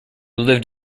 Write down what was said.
lived